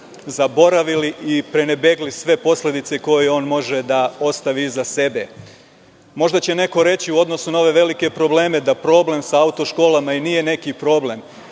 i prenebegli sve posledice koje on može da ostavi iza sebe. Možda će neko reći u odnosu na ove velike probleme da problem sa auto školama i nije neki problem,